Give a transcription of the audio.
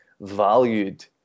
valued